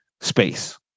space